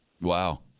Wow